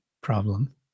problem